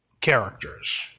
characters